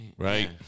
Right